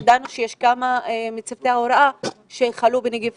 ידענו שיש כמה מצוותי ההוראה שחלו בנגיף